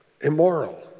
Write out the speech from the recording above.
immoral